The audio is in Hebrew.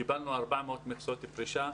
קיבלנו 400 מכסות פרישה.